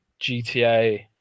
GTA